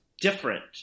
different